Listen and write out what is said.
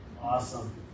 Awesome